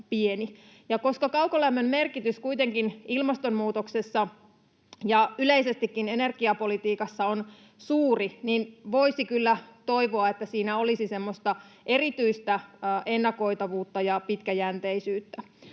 Koska kaukolämmön merkitys kuitenkin ilmastonmuutoksessa ja yleisestikin energiapolitiikassa on suuri, voisi kyllä toivoa, että siinä olisi semmoista erityistä ennakoitavuutta ja pitkäjänteisyyttä.